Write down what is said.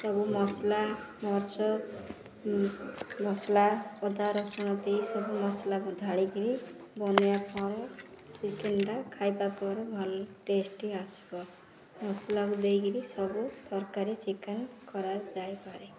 ସବୁ ମସଲା ମରିଚ ମସଲା ଅଦା ରସୁଣ ଦେଇ ସବୁ ମସଲାକୁ ଢାଳିକରି ବନାଇ ପରେ ଚିକେନ୍ଟା ଖାଇବା ପରେ ଭଲ ଟେଷ୍ଟି ଆସିବ ମସଲାକୁ ଦେଇକରି ସବୁ ତରକାରୀ ଚିକେନ୍ କରାଯାଇପାରେ